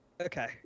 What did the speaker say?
Okay